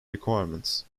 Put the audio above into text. requirements